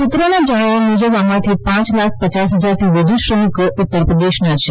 સુત્રોના જણાવ્યા મુજબ આમાંથી પાંચ લાખ પચાસ હજારથી વધુ શ્રમિકો ઉત્તરપ્રદેશના છે